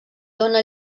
dóna